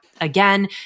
again